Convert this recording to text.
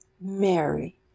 Mary